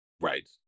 Right